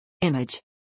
Image